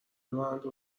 راننده